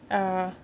ah